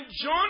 John